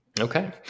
Okay